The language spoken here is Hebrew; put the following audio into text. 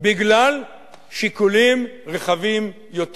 בגלל שיקולים רחבים יותר.